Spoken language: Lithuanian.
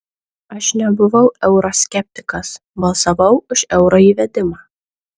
aš nebuvau euro skeptikas balsavau už euro įvedimą